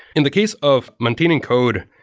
in the case of maintaining code,